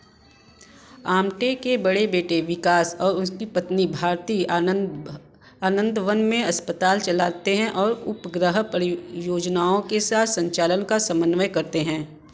आमटे के बड़े बेटे विकास और उसकी पत्नी भारती आनंद आनंदवन में अस्पताल चलाते हैं और उपग्रह परियोजनाओं के साथ संचालन का समन्वय करते हैं